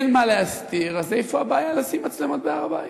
אין מה להסתיר, אז מה הבעיה לשים מצלמות בהר-הבית?